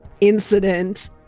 incident